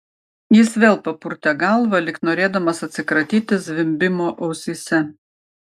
jis vėl papurtė galvą lyg norėdamas atsikratyti zvimbimo ausyse